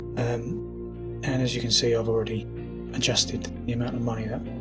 and and as you can see i've already adjusted the amount of money um